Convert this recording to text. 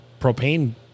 propane